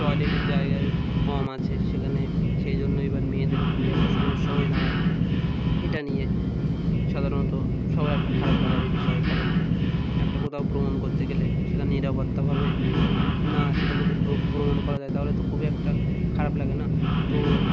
টয়লেটের জায়গা একটু কম আছে সেখানে সেই জন্য এবার মেয়েদেরও খুবই একটা সমস্যা হয়ে দাঁড়ায় এটা নিয়ে সাধারণত সবার একটা খারাপ লাগারই বিষয় কারণ একটা কোথাও ভ্রমণ করতে গেলে সেখানে নিরাপত্তাভাবে না সেটা যদি ভ্রমণ করা যায় তাহলে তো খুবই একটা খারাপ লাগে না তো